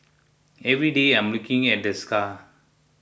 every day I'm looking at the scar